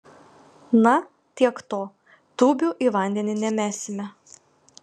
na tiek to tūbių į vandenį nemesime